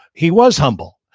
he was humble.